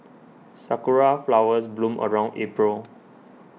sakura flowers bloom around April